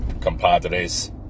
compadres